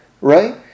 right